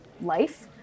life